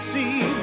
see